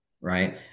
right